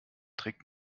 trägt